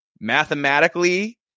Mathematically